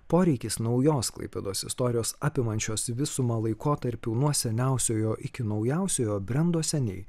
poreikis naujos klaipėdos istorijos apimančios visumą laikotarpių nuo seniausiojo iki naujausiojo brendo seniai